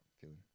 feeling